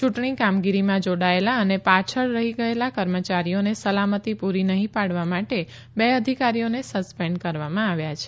ચૂંટણી કામગીરીમાં જોડાયેલા અને પાછળ રહી ગયેલા કર્મચારીઓને સલામતી પૂરી નહીં પાડવા માટે બે અધિકારીઓને સસ્પેન્ડ કરવામાં આવ્યા છે